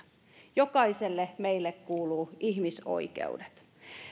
jokaiselle meistä kuuluvat ihmisoikeudet